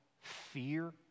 fear